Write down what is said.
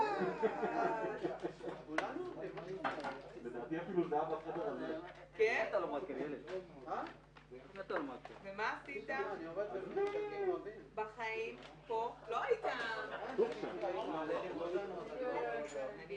בשעה 11:27.